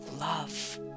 love